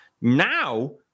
Now